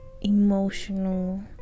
emotional